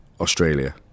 Australia